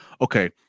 okay